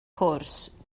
gwrs